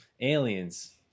aliens